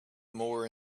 more